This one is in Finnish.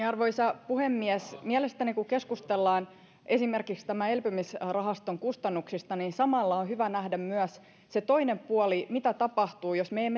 arvoisa puhemies mielestäni kun keskustellaan esimerkiksi tämän elpymisrahaston kustannuksista samalla on hyvä nähdä myös se toinen puoli mitä tapahtuu jos me emme